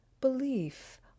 belief